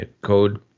Code